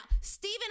Stephen